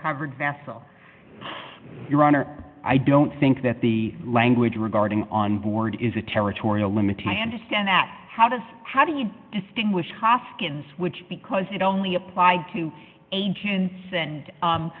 covered vessel your honor i don't think that the language regarding on board is a territorial limiting understand that how does how do you distinguish hoskins which because it only applied to agents and